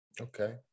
Okay